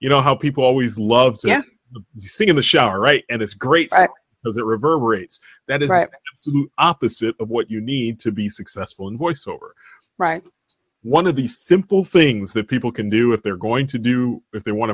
you know how people always love to sing in the shower right and it's great because it reverberates that is opposite of what you need to be successful in voice over right one of the simple things that people can do if they're going to do if they want